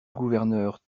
gouverneur